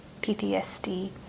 ptsd